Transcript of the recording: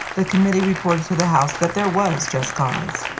the committee reported to the house that there was just cause.